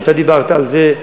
אתה דיברת על זה,